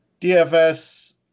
DFS